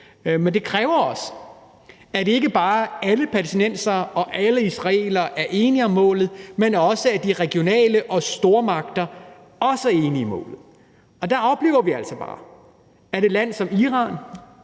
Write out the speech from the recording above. Men det kræver også, at ikke bare alle palæstinensere og alle israelere er enige om målet, men at de regionale magter og stormagterne også er enige om målet. Der oplever vi altså bare, at et land som Iran,